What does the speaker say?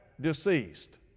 deceased